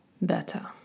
better